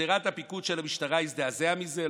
בשדרת הפיקוד של המשטרה הזדעזע מזה?